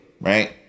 right